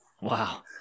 Wow